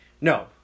no